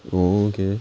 oh okay